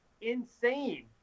insane